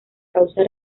causa